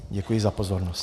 Děkuji za pozornost.